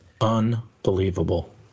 Unbelievable